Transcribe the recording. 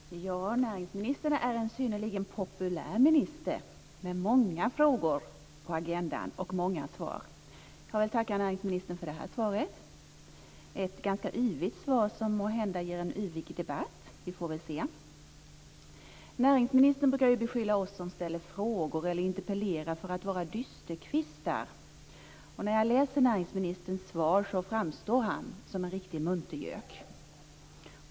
Herr talman! Näringsministern är en synnerligen populär minister med många frågor på agendan och många svar. Jag vill tacka näringsministern för det här svaret - ett ganska yvigt svar som måhända ger en yvig debatt. Vi får väl se. Näringsministern brukar ju beskylla oss som ställer frågor eller interpellerar för att vara dysterkvistar. När jag läser näringsministerns svar framstår han som en riktig muntergök.